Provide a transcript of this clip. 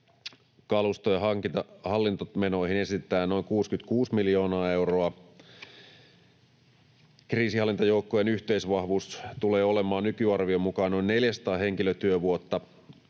Kalustojen hallintomenoihin esitetään noin 66 miljoonaa euroa. Kriisinhallintajoukkojen yhteisvahvuus tulee olemaan nykyarvion mukaan noin 400 henkilötyövuotta,